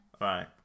Right